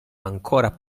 ancora